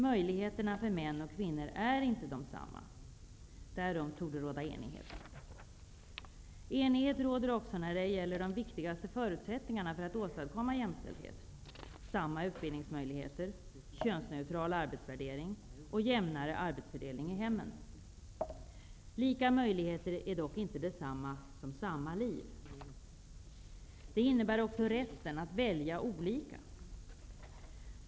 Möjligheterna för män och kvinnor är inte desamma därom torde det råda enighet. Enighet råder också när det gäller de viktigaste förutsättningarna för att åstadkomma jämställdhet: samma utbildningsmöjligheter, könsneutral arbetsvärdering och jämnare arbetsfördelning i hemmen. Lika möjligheter är dock inte detsamma som samma liv. Det innebär också rätten att välja olika.